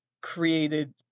created